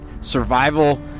survival